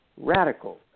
radical